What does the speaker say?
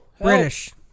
British